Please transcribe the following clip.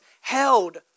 held